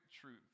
truth